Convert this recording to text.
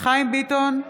חיים ביטון,